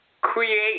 create